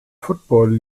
football